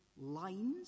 lines